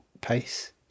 pace